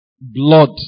blood